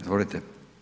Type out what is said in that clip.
Izvolite.